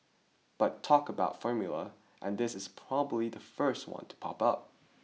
but talk about formulae and this is probably the first one to pop up